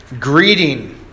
greeting